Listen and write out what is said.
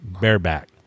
bareback